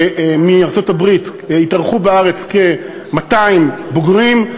מארצות-הברית, יתארחו בארץ כ-200 בוגרים.